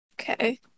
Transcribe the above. Okay